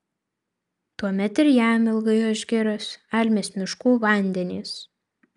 tuomet ir jam ilgai oš girios almės miškų vandenys